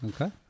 Okay